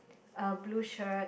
a blue shirt